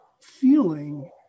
feeling